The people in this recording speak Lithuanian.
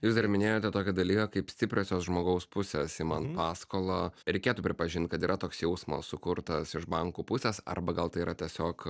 jūs dar minėjote tokį dalyką kaip stipriosios žmogaus pusės imant paskolą reikėtų pripažint kad yra toks jausmas sukurtas iš bankų pusės arba gal tai yra tiesiog